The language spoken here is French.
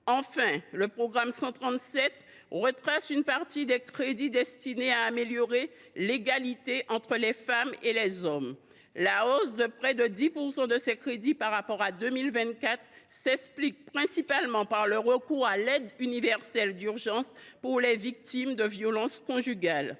et les hommes » retrace une partie des crédits destinés à améliorer l’égalité entre les femmes et les hommes. La hausse de près de 10 % de ses crédits par rapport à 2024 s’explique principalement par le recours à l’aide universelle d’urgence pour les victimes de violences conjugales.